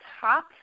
top